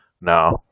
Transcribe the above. no